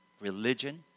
religion